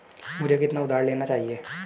मुझे कितना उधार लेना चाहिए?